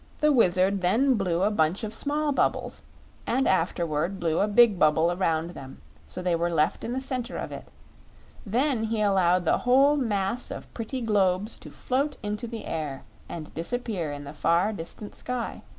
the wizard then blew a bunch of small bubbles and afterward blew a big bubble around them so they were left in the center of it then he allowed the whole mass of pretty globes to float into the air and disappear in the far distant sky.